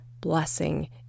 blessing